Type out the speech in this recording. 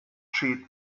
schied